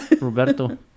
roberto